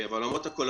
אבל למרות הכול,